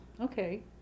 Okay